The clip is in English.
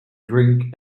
drink